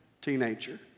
teenager